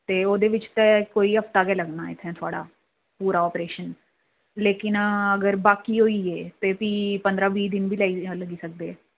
ते ओह्दे बिच्च ते कोई हफ्ता गै लग्गना इत्थै थोहाड़ा पूरा आपरेशन लेकिन अगर बाकी होई गे ते भी पंद्रहां बीह् दिन बी लग्गी सकदे